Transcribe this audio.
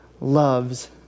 loves